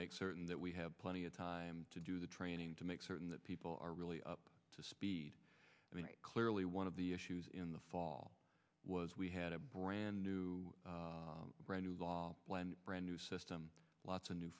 make certain that we have plenty of time to do the training to make certain that people are really up to speed i mean clearly one of the issues in the fall was we had a brand new brand new law brand new system lots of new